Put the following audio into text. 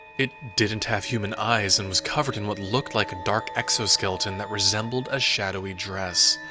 it didn't have human eyes and was covered in what looked like a dark exoskeleton that resembled a shadowy dress.